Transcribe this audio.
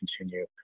continue